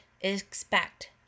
expect